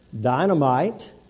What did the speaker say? dynamite